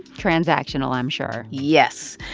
transactional, i'm sure yes.